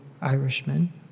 Irishmen